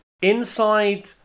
inside